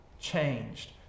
changed